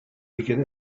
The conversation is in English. begin